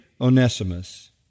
Onesimus